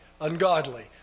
ungodly